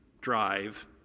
drive